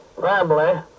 family